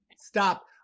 Stop